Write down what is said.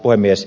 puhemies